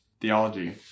theology